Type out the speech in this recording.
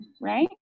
right